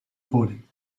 body